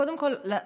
קודם כול,